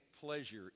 pleasure